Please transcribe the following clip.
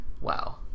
Wow